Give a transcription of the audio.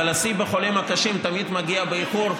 אבל השיא בחולים הקשים תמיד מגיע באיחור.